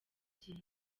igihe